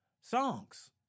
songs